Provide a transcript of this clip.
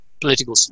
political